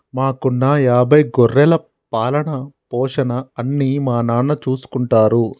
మాకున్న యాభై గొర్రెల పాలన, పోషణ అన్నీ మా నాన్న చూసుకుంటారు